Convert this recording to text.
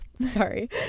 Sorry